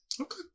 Okay